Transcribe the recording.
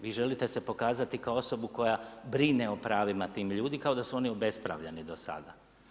Vi želite se pokazati kao osobu koja brine o pravima tih ljudi kao da su one obespravljeni do sada.